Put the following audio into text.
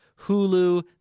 Hulu